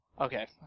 Okay